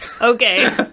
Okay